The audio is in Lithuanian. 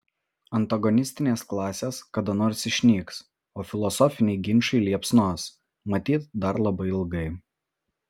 antagonistinės klasės kada nors išnyks o filosofiniai ginčai liepsnos matyt dar labai ilgai